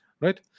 right